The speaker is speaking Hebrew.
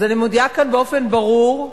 אז אני מודיעה כאן באופן ברור,